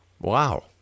Wow